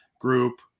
group